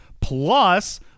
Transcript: plus